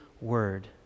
word